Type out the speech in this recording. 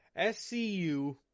SCU